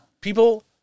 people